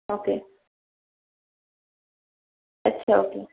okay अच्छा okay